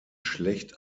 schlecht